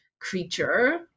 creature